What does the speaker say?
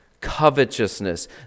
covetousness